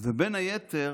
ובין היתר